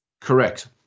Correct